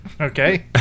Okay